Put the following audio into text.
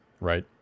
right